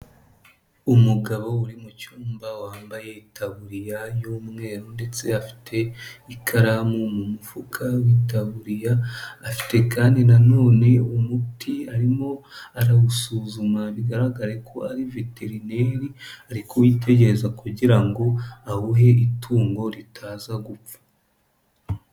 Umugabo uri mu cyumba wambaye itaburiya y'umweru ndetse afite ikaramu mu mufuka w'itaburiya, afite kandi na none umuti arimo arawusuzuma bigaragare ko ari veterineri, ari kuwitegereza kugira ngo awuhe itungo ritaza gupfa.